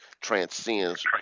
transcends